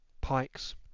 pikes